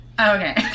Okay